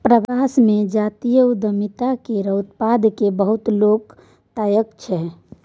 प्रवास मे जातीय उद्यमिता केर उत्पाद केँ बहुत लोक ताकय छै